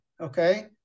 Okay